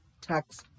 tax